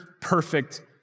perfect